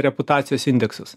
reputacijos indeksus